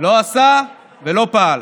לא עשה ולא פעל.